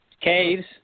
Caves